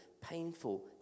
painful